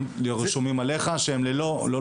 אמר, אנחנו מוגבלים מאוד גם בנסיעות לחו"ל כי